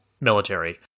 military